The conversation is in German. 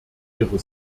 ihrer